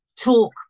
talk